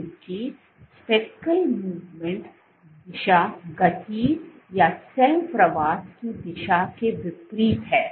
चूँकि speckle movement दिशा गति या सेल प्रवास की दिशा के विपरीत है